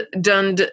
done